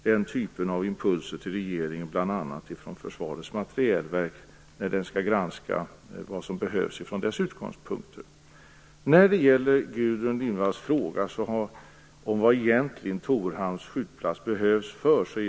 Den typen av impulser kommer bl.a. från Försvarets materielverk i den granskning som det gör från sina utgångspunkter. Också jag är naturligtvis amatör när det gäller den fråga som Gudrun Lindvall ställde om vad Torhamns skjutplats behövs för.